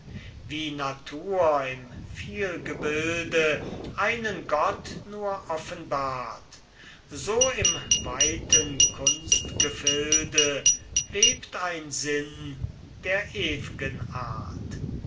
wie natur im vielgebilde einen gott nur offenbart so im weiten kunstgefilde webt ein sinn der ew'gen art